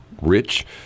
rich